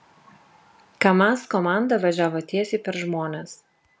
kamaz komanda važiavo tiesiai per žmones